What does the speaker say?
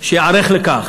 שייערך לכך.